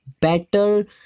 better